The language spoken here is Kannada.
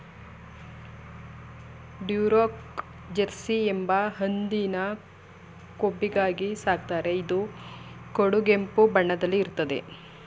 ಡ್ಯುರೋಕ್ ಜೆರ್ಸಿ ಎಂಬ ಹಂದಿನ ಕೊಬ್ಬಿಗಾಗಿ ಸಾಕ್ತಾರೆ ಇದು ಕಡುಗೆಂಪು ಬಣ್ಣದಲ್ಲಿ ಇರ್ತದೆ